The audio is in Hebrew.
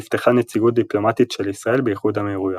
נפתחה נציגות דיפלומטית של ישראל באיחוד האמירויות.